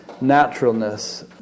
naturalness